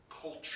culture